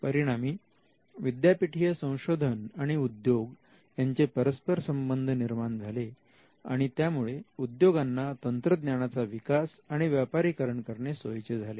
परिणामी विद्यापीठीय संशोधन आणि उद्योग यांचे परस्पर संबंध निर्माण झाले आणि त्यामुळे उद्योगांना तंत्रज्ञानाचा विकास आणि व्यापारीकरण करणे सोयीचे झाले